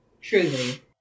truly